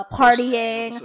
partying